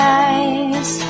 eyes